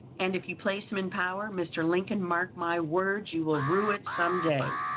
and if you place him in power, mr. lincoln, mark my words, you will rue it some day.